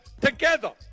together